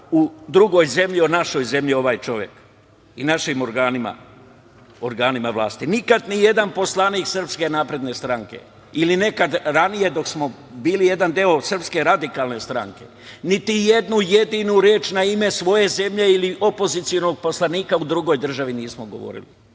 u drugoj zemlji o našoj zemlji ovaj čovek i o našim organima vlasti. Nikada ni jedan poslanik SNS ili nekad ranije, dok smo bili jedan deo SRS, niti jednu jedinu reč na ime svoje zemlje ili opozicionog poslanika u drugoj državi nismo govorili.